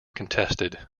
contested